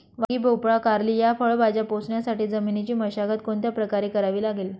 वांगी, भोपळा, कारली या फळभाज्या पोसण्यासाठी जमिनीची मशागत कोणत्या प्रकारे करावी लागेल?